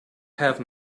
have